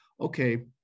okay